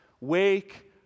wake